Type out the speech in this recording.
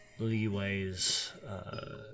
leeways